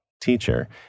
teacher